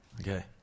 Okay